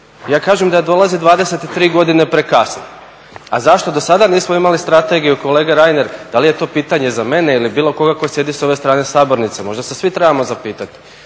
ja kažem da dolazi 23 godine prekasno. A zašto do sada nismo imali strategiju, kolega Reiner, da li je to pitanje za mene ili bilo koga tko sjedi s ove strane sabornice, možda se svi trebamo zapitati.